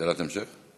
שאלת המשך?